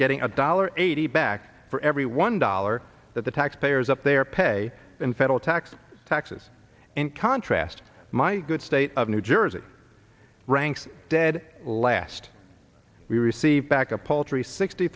getting a dollar eighty back for every one dollar that the taxpayers up there pay in federal tax taxes in contrast my good state of new jersey ranks dead last we received back a paltry sixty